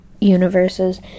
universes